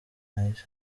nahise